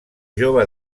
jove